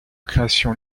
création